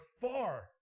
far